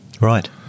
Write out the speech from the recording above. Right